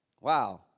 Wow